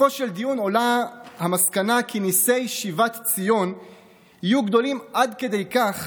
בסופו של דיון עולה המסקנה כי ניסי שיבת ציון יהיו גדולים עד כדי כך